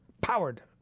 powered